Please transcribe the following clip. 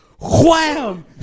wham